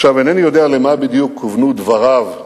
עכשיו, אינני יודע למה בדיוק כוונו דבריו בשעתם.